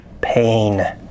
pain